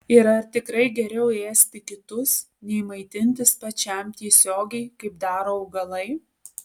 ir ar tikrai geriau ėsti kitus nei maitintis pačiam tiesiogiai kaip daro augalai